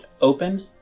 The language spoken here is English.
open